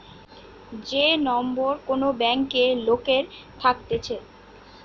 যে নম্বর কোন ব্যাংকে লোকের থাকতেছে